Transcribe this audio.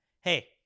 Hey